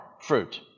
fruit